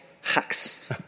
hacks